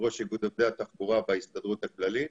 ראש איגוד עובדי התחבורה בהסתדרות הכללית.